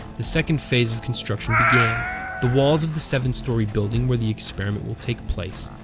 the second phase of construction began the walls of the seven-story building where the experiment will take place.